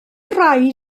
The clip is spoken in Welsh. rhaid